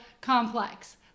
complex